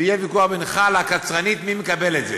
ויהיה ויכוח בינך לקצרנית מי מקבל את זה,